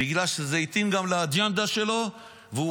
בגלל שזה התאים גם לאג'נדה שלו והוא